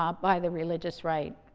um by the religious right.